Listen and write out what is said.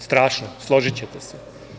Strašno, složićete se.